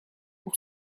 pour